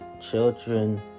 children